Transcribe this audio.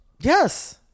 Yes